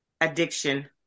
addiction